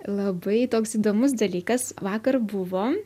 labai toks įdomus dalykas vakar buvo